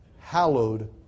hallowed